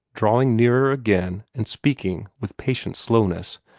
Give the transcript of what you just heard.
drawing nearer again, and speaking with patient slowness,